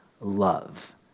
love